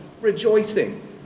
rejoicing